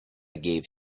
gave